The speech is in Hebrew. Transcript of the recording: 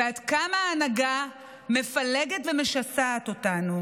ועד כמה ההנהגה מפלגת ומשסעת אותנו.